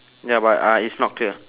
ya but uh it's not clear